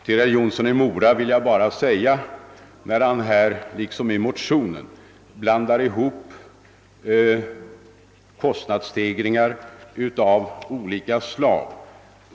Herr Jonsson i Mora blandar här liksom i motionen ihop kostnadsstegringar av olika slag.